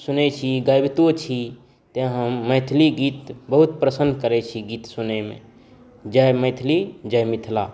सुनै छी गाबितो छी तेँ हम मैथिली गीत बहुत प्रसन्न करै छी गीत सुनैमे जय मैथिली जय मिथिला